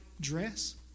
dress